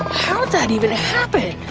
how'd that even happen?